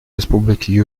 республики